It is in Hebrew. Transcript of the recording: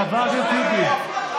חבר הכנסת טיבי.